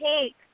take